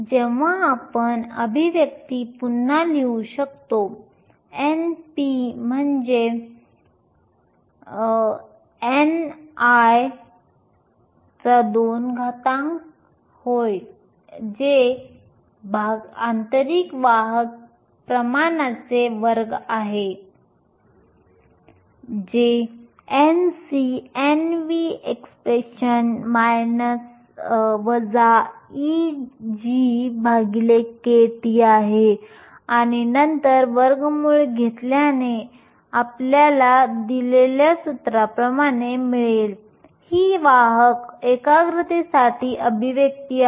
जेव्हा आपण अभिव्यक्ती पुन्हा लिहू शकतो n p म्हणजे ni2 होय जे आंतरिक वाहक प्रमाणाचे वर्ग आहे जे Nc Nvexp⁡kT आहे आणि नंतर वर्गमूळ घेतल्याने आपल्याला ni NcNvexp⁡2kT मिळते ही वाहक एकाग्रतेसाठी अभिव्यक्ती आहे